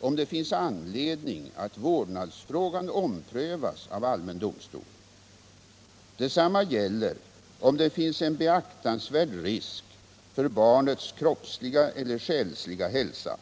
om det finns anledning att vårdnadsfrågan omprövas av allmän domstol. Detsamma gäller om det finns en beaktansvärd risk för barnets kroppsliga eller själsliga hälsa.